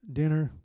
dinner